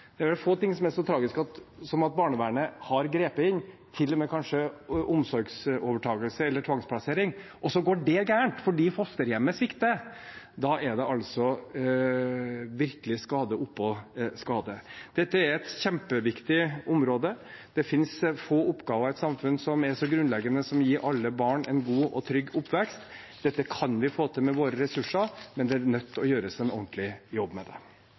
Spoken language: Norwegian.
Det er vel få ting som er så tragisk som at barnevernet har grepet inn, til og med kanskje med omsorgsovertakelse eller tvangsplassering, og så går det galt fordi fosterhjemmet svikter. Da er det virkelig skade oppå skade. Dette er et kjempeviktig område. Det finnes få oppgaver i et samfunn som er så grunnleggende som å gi alle barn en god og trygg oppvekst. Dette kan vi få til med våre ressurser, men en er nødt til å gjøre en ordentlig jobb med det.